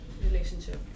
relationship